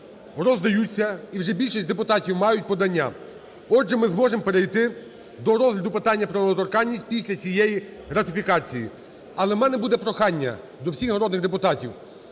роздаються і вже більшість депутатів мають подання. Отже, ми зможемо перейти до розгляду питання про недоторканність після цієї ратифікації. Але у мене буде прохання до всіх народних депутатів.